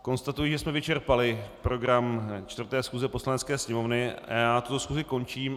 Konstatuji, že jsme vyčerpali program 4. schůze Poslanecké sněmovny a tuto schůzi končím.